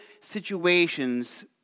situations